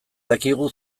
dakigu